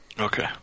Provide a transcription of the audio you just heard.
Okay